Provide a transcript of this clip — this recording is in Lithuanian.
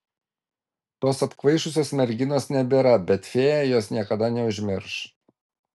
tos apkvaišusios merginos nebėra bet fėja jos niekada neužmirš